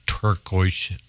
turquoise